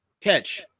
catch